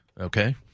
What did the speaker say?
okay